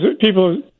people